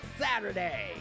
SATURDAY